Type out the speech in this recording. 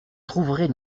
trouverez